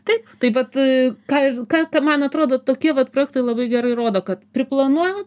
taip tai vat ką ir ką ką man atrodo tokie vat projektai labai gerai rodo kad priplanuojam